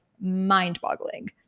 mind-boggling